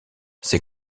ces